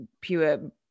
pure